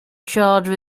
charged